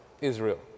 Israel